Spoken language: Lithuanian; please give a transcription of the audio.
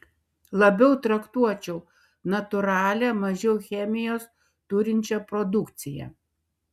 labiau traktuočiau natūralią mažiau chemijos turinčią produkciją